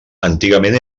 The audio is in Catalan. antigament